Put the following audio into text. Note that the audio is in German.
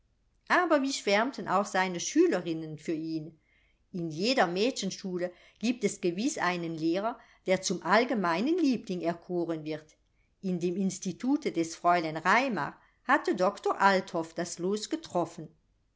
aber wie schwärmten auch seine schülerinnen für ihn in jeder mädchenschule giebt es gewiß einen lehrer der zum allgemeinen liebling erkoren wird in dem institute des fräulein raimar hatte doktor althoff das los getroffen